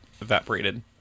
evaporated